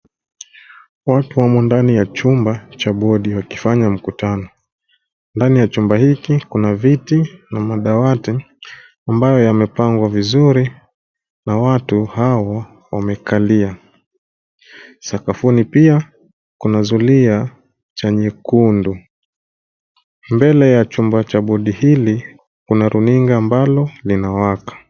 Watu wamo ndani ya chumba cha bodi wakifanya mkutano. Ndani ya chumba hiki kuna viti na madawati ambayo yamepangwa vizuri na watu hawa wamekalia. Sakafuni pia kuna zulia cha nyekundi. Mbele ya chumba cha bodi hili kuna runinga ambalo linawaka.